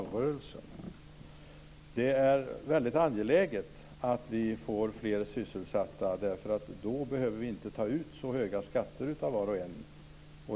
Det är angeläget att vi får fler sysselsatta. Då behöver vi inte ta ut så höga skatter av var och en.